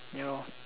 ya lor